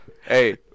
Hey